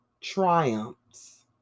triumphs